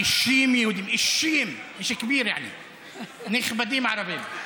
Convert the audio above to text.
אישים יהודים, אֵיש כביר, נכבדים ערבים.